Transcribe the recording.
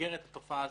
למגר את התופעה הזאת.